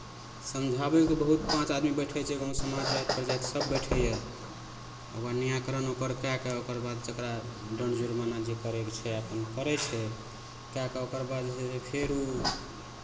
समझाबैके बहुत पाँच आदमी बैठै छै गाँव समाज जाति प्रजाति सभ बैठैए आ निराकरण ओकर कए कऽ ओकर बाद जकरा दण्ड जुर्माना जे करयके छै अपन करै छै कए कऽ ओकर बाद जे छै से फेर ओ